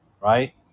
Right